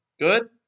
Good